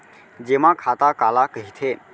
जेमा खाता काला कहिथे?